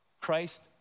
Christ